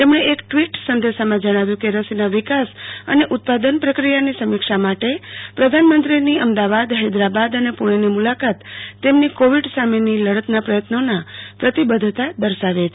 તેમણે એક ટવીટ સદશા માં જણાવ્યું ક રસીના વિકાસ અન ઉત્પાદન પ્રક્રિયાની સમીક્ષા માટે પ્રધાનમંત્રીની અમદાવાદ હેદરાબાદ અને પુણેની મલાકાત તેમની કોવિડ સામેની લડતમાં પ્રયત્નોના પ્રતિબધ્ધતા દર્શાવ છે